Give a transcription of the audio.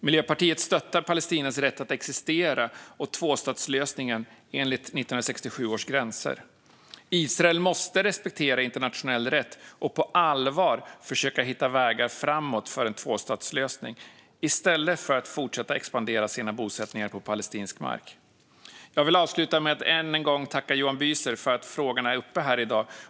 Miljöpartiet stöttar Palestinas rätt att existera och tvåstatslösningen enligt 1967 års gränser. Israel måste respektera internationell rätt och på allvar försöka hitta vägar framåt för en tvåstatslösning i stället för att fortsätta expandera sina bosättningar på palestinsk mark. Jag vill avsluta med att än en gång tacka Johan Büser för att frågan är uppe här i dag.